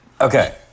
Okay